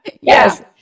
Yes